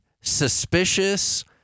suspicious